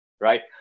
Right